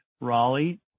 Raleigh